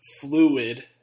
fluid